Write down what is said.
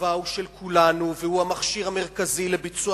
שהצבא הוא של כולנו והוא המכשיר המרכזי לביצוע